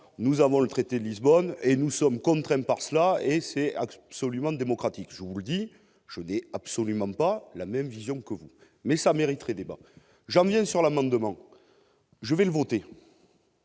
nous avons le traité de Lisbonne et nous sommes contraints par cela et c'est absolument démocratique, je vous dis, je n'ai absolument pas la même vision que vous mais ça mériterait débat, j'aime bien sûr l'amendement, je vais le voter.